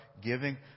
giving